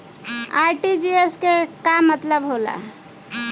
RTGS के का मतलब होला?